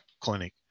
clinic